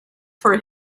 for